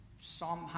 Psalm